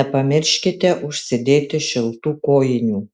nepamirškite užsidėti šiltų kojinių